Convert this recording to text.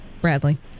Bradley